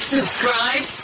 Subscribe